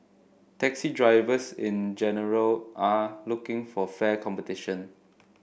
taxi drivers in general are looking for fair competition